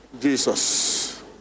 Jesus